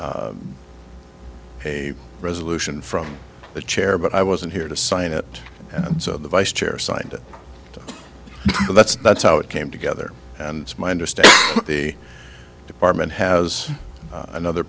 be a resolution from the chair but i wasn't here to sign it and so the vice chair signed it so that's that's how it came together and it's my understanding the department has another